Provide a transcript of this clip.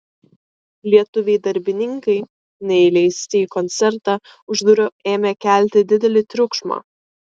lietuviai darbininkai neįleisti į koncertą už durų ėmė kelti didelį triukšmą